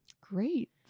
Great